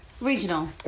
regional